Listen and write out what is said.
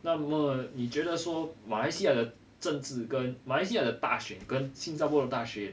那么你觉得说马来西亚的政治跟马来西亚的大选跟新加坡大选